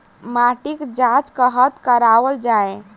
माटिक जाँच कतह कराओल जाए?